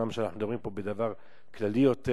אומנם אנחנו מדברים פה בדבר כללי יותר,